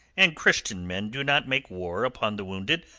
and christian men do not make war upon the wounded,